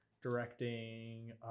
Directing